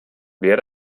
wer